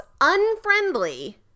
unfriendly